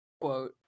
quote